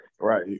Right